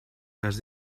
cas